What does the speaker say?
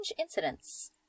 incidents